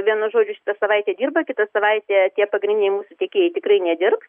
viena žodžiu šitą savaitę dirba kitą savaitę tie pagrindiniai mūsų tiekėjai tikrai nedirbs